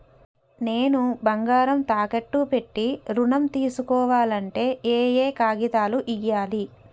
నేను బంగారం తాకట్టు పెట్టి ఋణం తీస్కోవాలంటే ఏయే కాగితాలు ఇయ్యాలి?